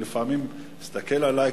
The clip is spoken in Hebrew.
ולפעמים מסתכל עלי,